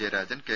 Jayarajan K